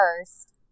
first